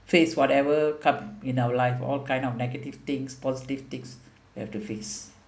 face whatever come in our life all kind of negative things positive things you have to face